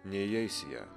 neįeis į ją